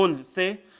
say